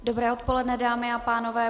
Dobré odpoledne, dámy a pánové.